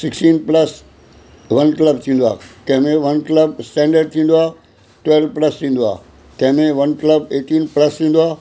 sixteen plus one plus थींदो आहे कंहिं में वन प्लस इस्टैंडर्ड थींदो आहे ट्वेल प्लस थींदो आहे कंहिं में वन प्लस एटीन प्लस थींदो आहे